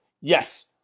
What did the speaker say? Yes